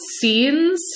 scenes